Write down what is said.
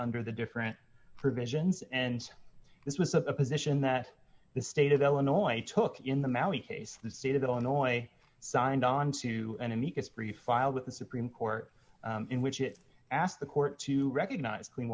under the different provisions and this was a position that the state of illinois took in the maui case the state of illinois signed on to an amicus brief filed with the supreme court in which it asked the court to recognize clean